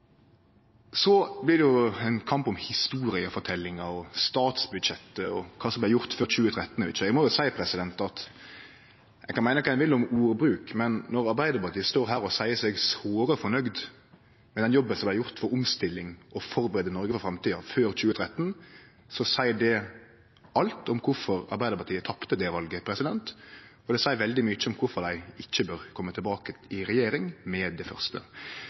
Så blir det ein kamp om historieforteljinga, statsbudsjettet og kva som vart gjort før 2013 og ikkje. Eg må seie at ein kan meine kva ein vil om ordbruk, men når Arbeidarpartiet står her og seier seg såre fornøgd med den jobben dei har gjort for omstilling og for å førebu Noreg for framtida før 2013, seier det alt om kvifor Arbeidarpartiet tapte det valet, og det seier veldig mykje om kvifor dei ikkje bør kome tilbake i regjering med det første.